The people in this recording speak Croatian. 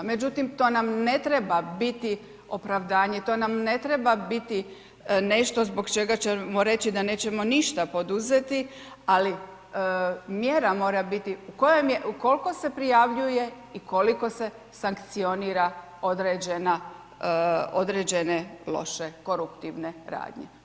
Međutim, to nam ne treba biti opravdanje, to nam ne treba biti nešto zbog čega ćemo reći da nećemo ništa poduzeti ali mjera mora biti koliko se prijavljuje i koliko se sankcioniraju određene loše koruptivne radnje.